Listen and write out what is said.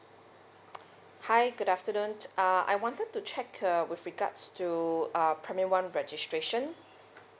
hi good afternoon uh I wanted to check uh with regards to uh primary one registration